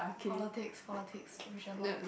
politics politics we shall not